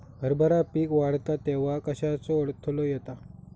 हरभरा पीक वाढता तेव्हा कश्याचो अडथलो येता?